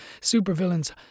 supervillains